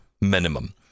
minimum